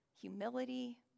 humility